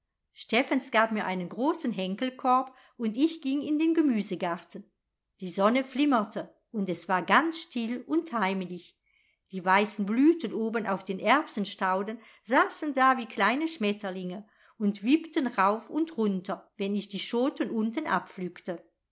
steffens gab mir einen großen henkelkorb und ich ging in den gemüsegarten die sonne flimmerte und es war ganz still und heimlich die weißen blüten oben auf den erbsenstauden saßen da wie kleine schmetterlinge und wippten rauf und runter wenn ich die schoten unten abpflückte